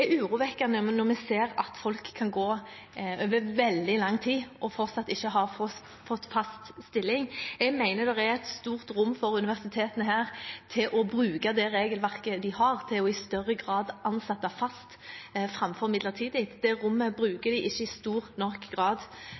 er urovekkende når vi ser at folk kan gå over veldig lang tid og fortsatt ikke ha fått fast stilling. Jeg mener det er et stort rom for universitetene her til å bruke det regelverket de har, til i større grad å ansette fast framfor midlertidig. Det rommet bruker de ikke i stor nok grad